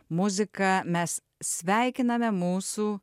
muzika mes sveikiname mūsų